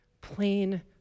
plain